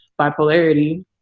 bipolarity